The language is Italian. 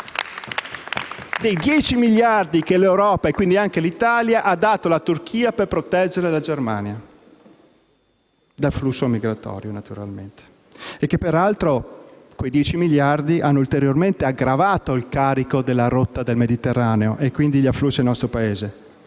dei 10 miliardi che l'Europa - e quindi anche l'Italia - ha dato alla Turchia per proteggere la Germania dal flusso migratorio. *(Applausi dal Gruppo M5S)*. Tra l'altro, quei 10 miliardi hanno ulteriormente aggravato il carico sulla rotta mediterranea e quindi gli afflussi nel nostro Paese.